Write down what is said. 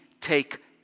take